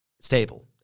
stable